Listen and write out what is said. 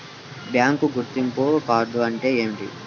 Bank గుర్తింపు card అంటే ఏమిటి?